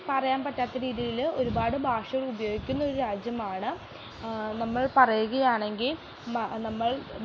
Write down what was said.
പറയാൻ പറ്റാത്ത രീതിയിൽ ഒരുപാട് ഭാഷകളുപയോഗിക്കുന്നൊരു രാജ്യമാണ് നമ്മൾ പറയുകയാണെങ്കിൽ മ നമ്മൾ